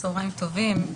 צוהריים טובים,